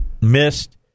missed